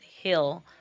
hill